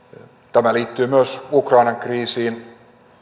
tämä liittyy myös ukrainan kriisiin